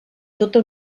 tota